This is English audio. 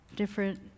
different